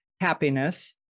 happiness